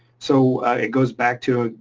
so it goes back to,